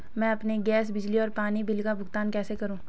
मैं अपने गैस, बिजली और पानी बिल का भुगतान कैसे करूँ?